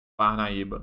Parnaíba